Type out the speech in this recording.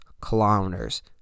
kilometers